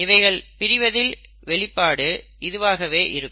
இவைகள் பிரிவதில் வெளிப்பாடு இதுவாகவே இருக்கும்